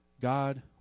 God